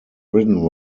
ridden